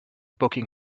bucking